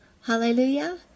Hallelujah